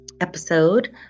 episode